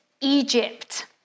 Egypt